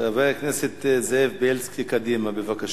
חבר הכנסת זאב בילסקי מקדימה, בבקשה.